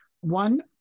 One